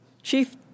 Chief